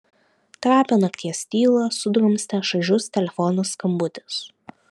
trapią nakties tylą sudrumstė šaižus telefono skambutis